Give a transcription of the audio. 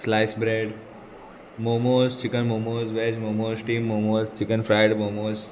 slice bread Momos chicken Momos veg Momos steam Momos chicken fried Momos